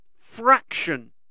fraction